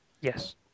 Yes